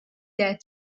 that